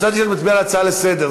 חשבתי שאני מצביע על הצעה לסדר.